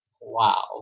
wow